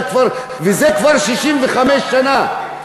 וזה כבר 65 שנה.